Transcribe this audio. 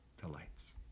delights